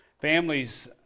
families